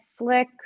Netflix